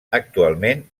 actualment